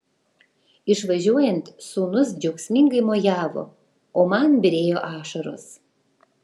išvažiuojant sūnus džiaugsmingai mojavo o man byrėjo ašaros